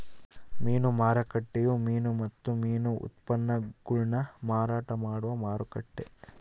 ಮೀನು ಮಾರುಕಟ್ಟೆಯು ಮೀನು ಮತ್ತು ಮೀನು ಉತ್ಪನ್ನಗುಳ್ನ ಮಾರಾಟ ಮಾಡುವ ಮಾರುಕಟ್ಟೆ